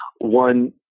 one